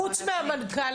חוץ מהמנכ"ל